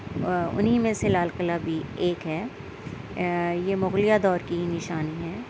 اُنہیں میں سے لال قلعہ بھی ایک ہے یہ مغلیہ دور کی نِشانی ہے